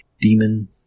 demon